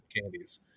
candies